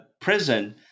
prison